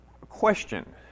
Question